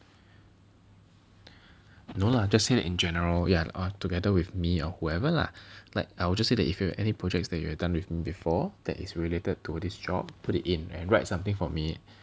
no lah just say that in general yeah or together with me or whoever lah like I would just say that if you have any projects that you have done with me before that is related to this job put it in and write something for me